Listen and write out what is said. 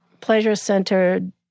pleasure-centered